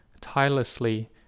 tirelessly